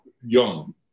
young